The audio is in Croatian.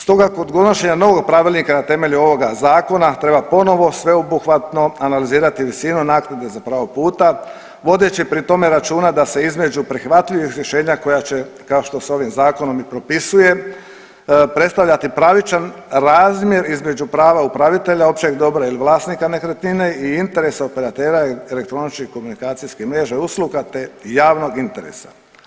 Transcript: Stoga kod donošenja novog pravilnika na temelju ovoga zakona treba ponovo sveobuhvatno analizirati visinu naknade za pravo puta vodeći pri tome računa da se između prihvatljivih rješenja kao što se ovim zakonom i propisuje predstavljati pravičan razmjer između prava upravitelja općeg dobra ili vlasnika nekretnine i interesa operatera i elektroničkih komunikacijskih mreža i usluga te javnog interesa.